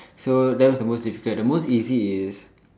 so that was the most difficult the most easy is